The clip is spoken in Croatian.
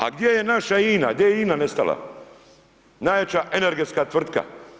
A gdje je naša INA, gdje je INA nestala, najjača energetska tvrtka.